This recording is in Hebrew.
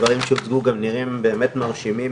הדברים שהוצגו גם נראים באמת מרשימים,